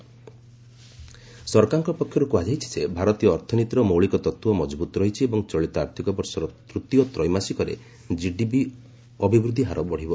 ସୁବ୍ରମଣ୍ୟମ କିଡିପି ସରକାରଙ୍କ ପକ୍ଷରୁ କୁହାଯାଇଛି ଯେ ଭାରତୀୟ ଅର୍ଥନୀତିର ମୌଳିକ ତତ୍ତ୍ୱ ମଜଭ୍ରତ ରହିଛି ଏବଂ ଚଳିତ ଆର୍ଥିକ ବର୍ଷର ତୃତୀୟ ତ୍ରେମାସିକରେ ଜିଡିପି ଅଭିବୃଦ୍ଧିହାର ବଢ଼ିବ